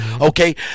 Okay